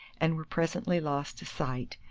and were presently lost to sight,